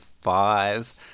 five